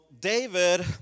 David